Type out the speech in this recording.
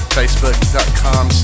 facebook.com